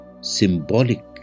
symbolic